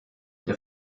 der